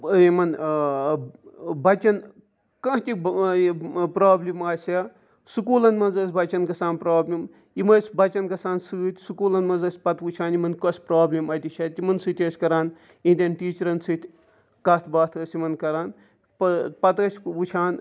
یِمَن بَچَن کانٛہہ تہِ پرٛابلِم آسہِ ہا سکوٗلَن منٛز ٲس بَچَن گژھان پرٛابلِم یِم ٲسۍ بَچَن گژھان سۭتۍ سکوٗلَن منٛز ٲسۍ پَتہٕ وٕچھان یِمَن کۄس پرٛابلِم اَتہِ چھےٚ تِمَن سۭتۍ ٲسۍ کَران یِہِنٛدٮ۪ن ٹیٖچرَن سۭتۍ کَتھ باتھ ٲسۍ یِمَن کَران پَتہٕ ٲسۍ وٕچھان